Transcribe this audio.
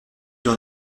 dans